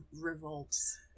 revolts